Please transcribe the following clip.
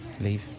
leave